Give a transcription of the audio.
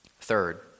Third